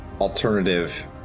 alternative